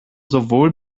sowohl